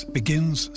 begins